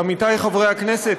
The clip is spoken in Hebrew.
עמיתיי חברי הכנסת,